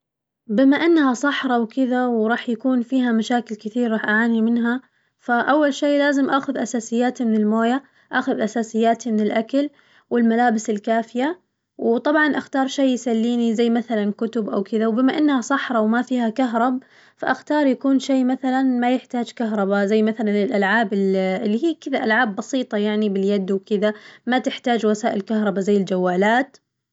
بما إنها صحرا وكذا وراح يكون فيها مشاكل كثير راح أعاني منها فأول شي لازم آخذ أساسياتي من الموية، آخذ أساسياتي من الأكل والملابس الكافية، وطبعاً أختار شي يسليني زي مثلاً كتب أو كذا، وبما إنها صحرا وما فيها كهرب فأختار يكون شي مثلاً ما يحتاج كهربا زي مثلاً الألعاب ال- اللي هي كذا ألعاب بسيطة يعني باليد وكدا ما تحتاج وسائل كهربا زي الجوالات.